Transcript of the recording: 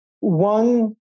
One